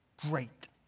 great